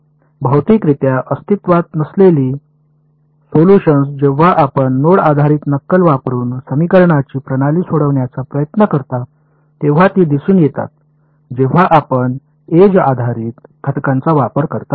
भौतिकरित्या अस्तित्त्वात नसलेली सोल्यूशन्स जेव्हा आपण नोड आधारित नक्कल वापरून समीकरणांची प्रणाली सोडवण्याचा प्रयत्न करता तेव्हा ती दिसून येतात जेव्हा आपण एज आधारित घटकांचा वापर करता